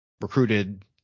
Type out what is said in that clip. recruited